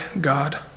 God